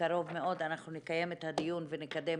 בקרוב מאוד אנחנו נקיים את הדיון ונקדם